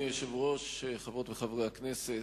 אדוני היושב-ראש, חברות וחברי הכנסת,